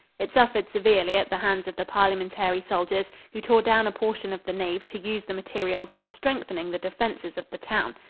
it suffered severely at the hands of the parliamentary soldiers, who tore down a portion of the nave to use the materials in strengthening the defenses of the town.